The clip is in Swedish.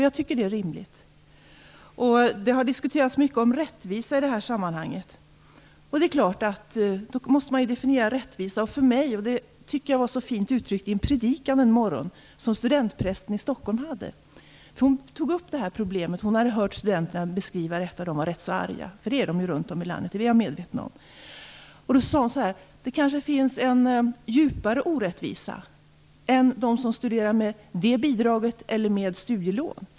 Jag tycker att det är rimligt. Rättvisa har diskuterats mycket i det här sammanhanget, och då måste man definiera rättvisa. Detta uttrycktes så fint en morgon i en predikan som studentprästen i Stockholm höll. Hon tog upp problemet eftersom hon hade hört studenterna beskriva detta och vara arga - för det är de ju runt om i landet; det är jag medveten om. Hon sade att det kanske finns en djupare orättvisa än den mellan dem som studerar med bidrag och dem med studielån.